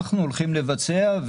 אנחנו הולכים לבצע.